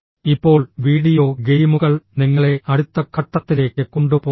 ഇപ്പോൾ വീഡിയോ ഗെയിമുകൾ നിങ്ങളെ അടുത്ത ഘട്ടത്തിലേക്ക് കൊണ്ടുപോകുന്നു